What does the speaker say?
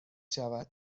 شود